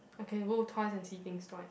I can go twice and see things twice